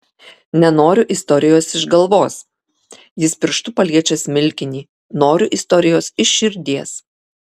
nenoriu istorijos iš galvos jis pirštu paliečia smilkinį noriu istorijos iš širdies